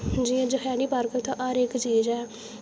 जियां जखैनी पार्क च हर इक चीज ऐ